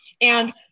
And-